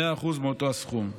100% מאותו סכום.